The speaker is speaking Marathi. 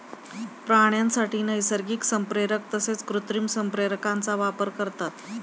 प्राण्यांसाठी नैसर्गिक संप्रेरक तसेच कृत्रिम संप्रेरकांचा वापर करतात